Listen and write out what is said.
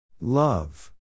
Love